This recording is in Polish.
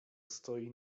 stoi